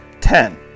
ten